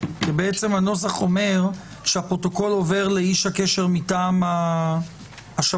הנוסח אומר שהפרוטוקול עובר לאיש הקשר מטעם השב"ס.